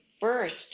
first